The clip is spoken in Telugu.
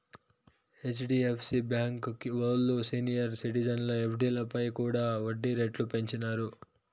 హెచ్.డీ.ఎఫ్.సీ బాంకీ ఓల్లు సీనియర్ సిటిజన్ల ఎఫ్డీలపై కూడా ఒడ్డీ రేట్లు పెంచినారు